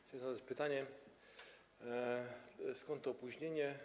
Chcę zadać pytanie: Skąd to opóźnienie?